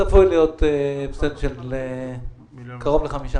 צפוי להיות הפסד של קרוב לחמישה